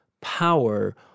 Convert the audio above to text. power